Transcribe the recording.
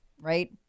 Right